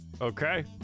Okay